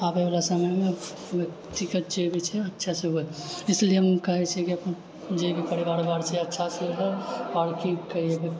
आबए वाला समयमे छै अच्छा से हुए इसलिए हम कहैत छिऐ कि अपन जे परिवार उरवार छै अच्छा से आओर की कहिऐ